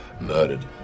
murdered